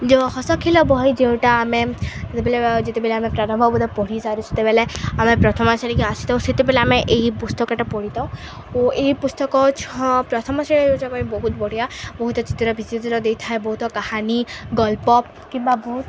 ଯେଉଁ ହସଖେଳ ବହି ଯେଉଁଟା ଆମେ ଯେତେବେଳେ ଯେତେବେଳେ ଆମେ ପ୍ରାରମ୍ଭ ବୋଧ ପଢ଼ିସାରୁ ସେତେବେଳେ ଆମ ପ୍ରଥମ ଶ୍ରେଣୀକୁ ଆସିଥାଉ ସେତେବେଳେ ଆମେ ଏହି ପୁସ୍ତକଟା ପଢ଼ିଥାଉ ଓ ଏହି ପୁସ୍ତକ ପ୍ରଥମ ଶ୍ରେଣୀ ଯେଉଁଟା ଆମେ ବହୁତ ବଢ଼ିଆ ବହୁତ ଚିତ୍ର ବିଚିତ୍ର ଦେଇଥାଏ ବହୁତ କାହାଣୀ ଗଳ୍ପ କିମ୍ବା ବହୁତ